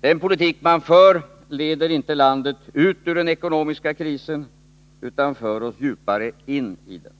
Den politik man för leder inte landet ut ur den ekonomiska krisen utan för oss djupare in i den.